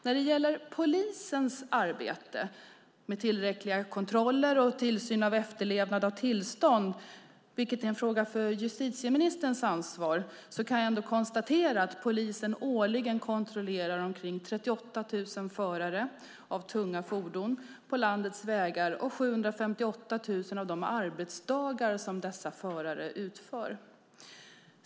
När det gäller polisens arbete med tillräckliga kontroller och tillsyn av efterlevnad av tillstånd, vilket är en fråga justitieministern ansvarar för, kan jag konstatera att polisen årligen kontrollerar omkring 38 000 förare av tunga fordon på landets vägar och 758 000 av de arbetsdagar som dessa förare utför.